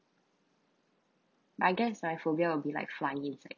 I guess my phobia will be like flying insect